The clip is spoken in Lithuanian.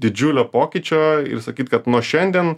didžiulio pokyčio ir sakyt kad nuo šiandien